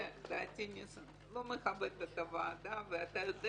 זה לא מכבד את הוועדה ואתה יודע